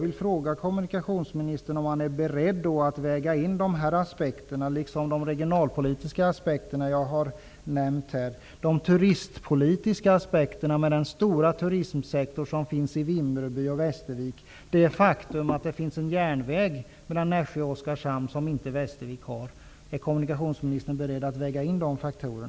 Är kommunikationsministern beredd att väga in de här aspekterna liksom de regionalpolitiska aspekter jag har nämnt här? Det gäller t.ex. de turistpolitiska aspekterna. Det finns en stor turistsektor i Vimmerby och Västervik. Till skillnad från situationen i Västervik går det en järnväg mellan Nässjö och Oskarshamn. Är kommunikationsministern beredd att väga in dessa faktorer?